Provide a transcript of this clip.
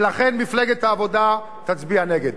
ולכן מפלגת העבודה תצביע נגד.